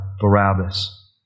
Barabbas